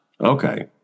Okay